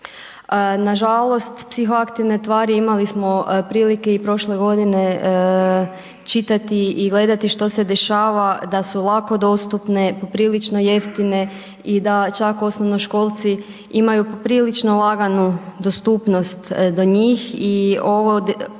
Nažalost, psihoaktivne tvari imali smo prilike i prošle godine čitati i gledati što se dešava da su lako dostupne, poprilično jeftine i da čak osnovnoškolci imaju poprilično laganu dostupnost do njih i ova